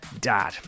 dad